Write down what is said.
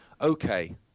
Okay